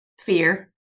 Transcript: Fear